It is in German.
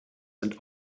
sind